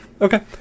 Okay